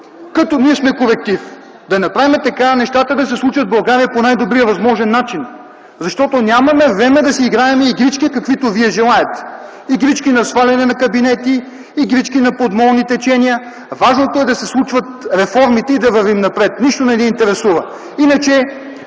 като ние сме колектив, да направим така нещата да се случват в България по най-добрия възможен начин, защото нямаме време да си играем игрички каквито вие желаете – игрички на сваляне на кабинети, игрички на подмолни течения. Важното е да се случват реформите и да вървим напред. Нищо не ни интересува.